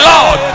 Lord